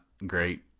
Great